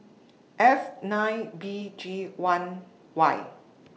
F nine B G one Y